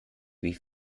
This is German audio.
wie